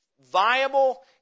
viable